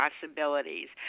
possibilities